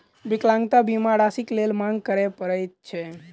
विकलांगता बीमा राशिक लेल मांग करय पड़ैत छै